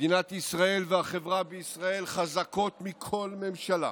מדינת ישראל והחברה בישראל חזקות מכל ממשלה.